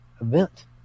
event